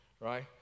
right